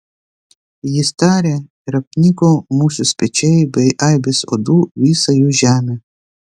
jis tarė ir apniko musių spiečiai bei aibės uodų visą jų žemę